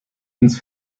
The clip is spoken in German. ins